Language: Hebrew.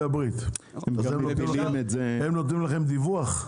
הם נותנים לכם דיווח?